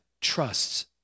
trusts